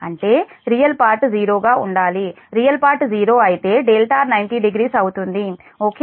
అంటే real part 0 గా ఉండాలి రియల్ పార్ట్ 0 అయితే δ 900 అవుతుంది ఓకే